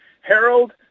Harold